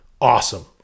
awesome